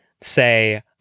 say